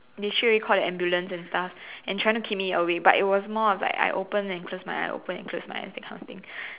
they straightaway call the ambulance and stuff and trying to keep me awake but it was more of like I open and close my eye open and close my eye that kind of thing